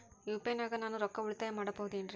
UPI ನಾಗ ನಾನು ರೊಕ್ಕ ಉಳಿತಾಯ ಮಾಡಬಹುದೇನ್ರಿ?